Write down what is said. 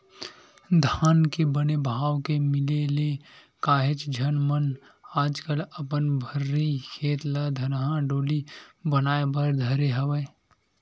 धान के बने भाव के मिले ले काहेच झन मन आजकल अपन भर्री खेत ल धनहा डोली बनाए बर धरे हवय